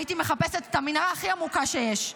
הייתי מחפשת את המנהרה הכי עמוקה שיש,